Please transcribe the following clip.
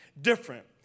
different